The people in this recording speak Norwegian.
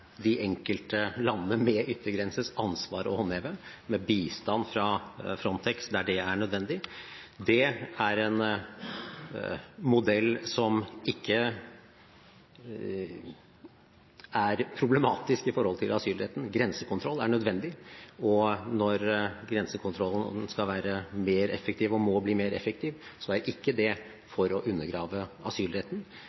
de enkelte landene med yttergrenses ansvar å håndheve, med bistand fra Frontex der det er nødvendig – er en modell som ikke er problematisk med hensyn til asylretten. Grensekontroll er nødvendig, og når grensekontrollen skal være – og må bli – mer effektiv, er ikke det for å undergrave asylretten.